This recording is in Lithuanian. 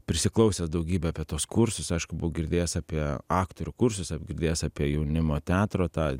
prisiklausęs daugybę apie tuos kursus aišku buvau girdėjęs apie aktorių kursus girdėjęs apie jaunimo teatro tą